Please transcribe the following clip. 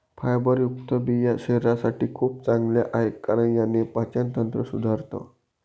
फायबरयुक्त बिया शरीरासाठी खूप चांगल्या आहे, कारण याने पाचन तंत्र सुधारतं